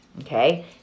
okay